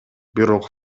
бирок